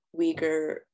Uyghur